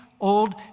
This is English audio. old